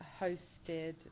hosted